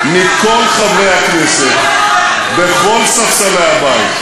אני מצפה מכל חברי הכנסת, מכל ספסלי הבית,